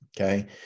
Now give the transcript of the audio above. okay